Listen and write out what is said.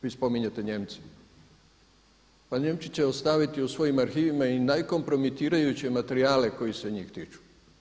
Vi spominjete Nijemce, pa Nijemci će ostaviti u svojim arhivima i naj kompromitirajuće materijale koji se njih tiču.